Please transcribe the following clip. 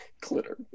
Glitter